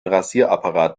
rasierapparat